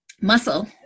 Muscle